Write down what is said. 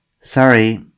Sorry